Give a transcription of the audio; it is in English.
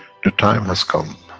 the time has come,